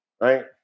Right